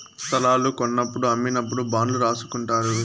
స్తలాలు కొన్నప్పుడు అమ్మినప్పుడు బాండ్లు రాసుకుంటారు